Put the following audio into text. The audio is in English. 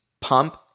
pump